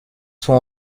sont